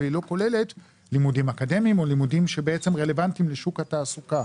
אבל היא לא כוללת לימודים אקדמיים או לימודים שרלוונטיים לשוק התעסוקה.